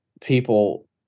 people